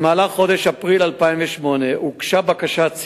3. מדוע לא